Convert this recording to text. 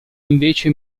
invece